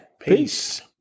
peace